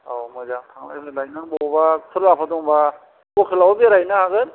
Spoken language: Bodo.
औ मोजां थांलाय फैलाय नों बबावबा खुलाफोर दं बा हटेलावबो बेरायहैनो हागोन